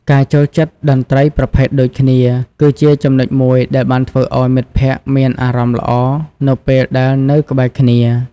ការចូលចិត្តតន្ត្រីប្រភេទដូចគ្នាគឺជាចំណុចមួយដែលបានធ្វើឲ្យមិត្តភក្តិមានអារម្មណ៍ល្អនៅពេលដែលនៅក្បែរគ្នា។